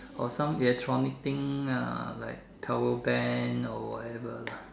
or some electronic thing ah like power bank or whatever lah